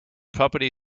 property